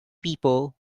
people